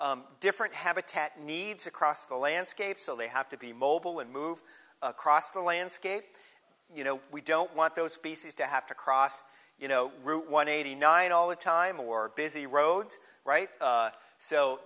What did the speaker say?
different habitat needs across the landscape so they have to be mobile and move across the landscape you know we don't want those species to have to cross you know route one eighty nine all the time or busy roads right